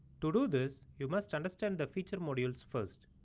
to do this, you must understand the feature modules first.